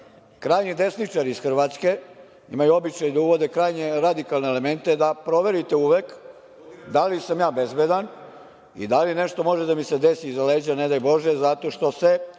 krajnji desničar iz Hrvatske, imaju običaj da uvode krajnje radikalne elemente, da proverite uvek da li sam ja bezbedan i da li nešto može da mi se desi iza leđa, ne daj Bože, zato što se